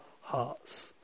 hearts